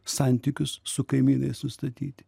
santykius su kaimynais sustatyti